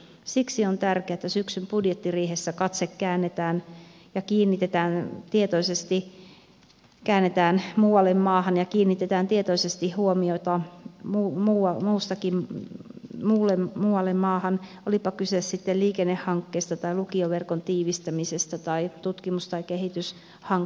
siksi on tärkeää että syksyn budjettiriihessä katse käännetään muualle maahan ja kiinnitetään tietoisesti huomiota muualle maahan olipa kyse sitten liikennehankkeista tai lukioverkon tiivistämisestä tai tutkimus ja kehityshankkeista